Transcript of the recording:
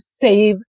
save